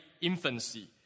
infancy